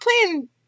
playing